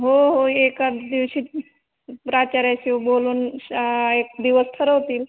हो हो एखाददिवशी प्राचार्याशीव बोलून श एक दिवस ठरवतील